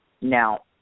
Now